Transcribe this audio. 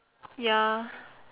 ya